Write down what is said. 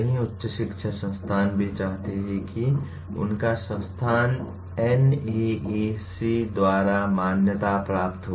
कई उच्च शिक्षा संस्थान भी चाहते हैं कि उनका संस्थान NAAC द्वारा मान्यता प्राप्त हो